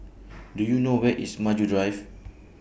Do YOU know Where IS Maju Drive